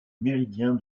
méridien